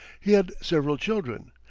he had several children,